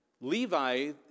Levi